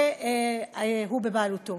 והוא בבעלותה.